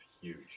huge